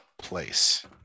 place